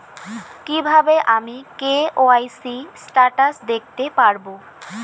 কিভাবে আমি KYC status দেখতে পারবো?